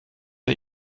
der